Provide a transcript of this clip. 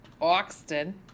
Oxton